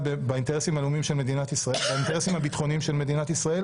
באינטרסים הביטחוניים של מדינת ישראל.